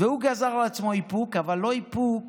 הוא גזר על עצמו איפוק, אבל לא איפוק